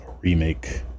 remake